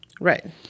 Right